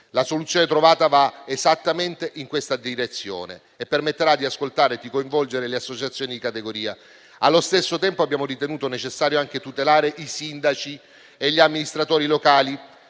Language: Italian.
La soluzione trovata va esattamente in questa direzione e permetterà di ascoltare e di coinvolgere le associazioni di categoria. Allo stesso tempo, abbiamo ritenuto necessario anche tutelare i sindaci e gli amministratori locali